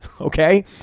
Okay